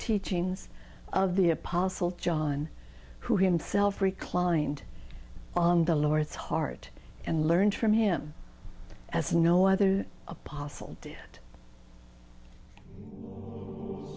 teachings of the apostle john who himself reclined on the lord's heart and learned from him as no other apostle d